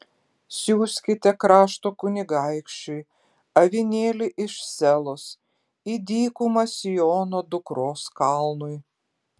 siųskite krašto kunigaikščiui avinėlį iš selos į dykumą siono dukros kalnui